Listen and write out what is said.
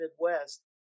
Midwest